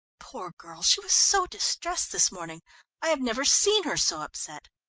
poor girl, she was so distressed this morning i have never seen her so upset.